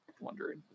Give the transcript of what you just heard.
Wondering